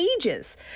ages